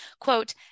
quote